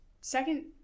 second